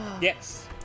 Yes